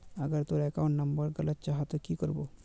अगर तोर account number गलत जाहा ते की करबो?